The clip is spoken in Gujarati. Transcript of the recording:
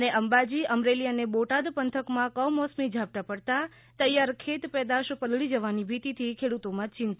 ઃ અંબાજી અમરેલી અને બોટાદ પંથકમાં કમોસમી ઝાપટાં પડતાં તૈયાર ખેતપેદાશ પલળી જવાની ભીતિથી ખેડૂતોમાં ચિંતા